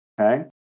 okay